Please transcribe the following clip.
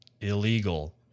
illegal